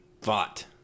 thought